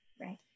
Right